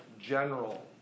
general